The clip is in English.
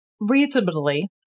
reasonably